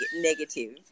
negative